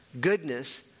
goodness